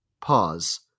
pause